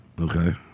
Okay